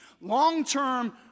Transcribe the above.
long-term